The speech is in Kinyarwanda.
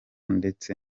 ndetse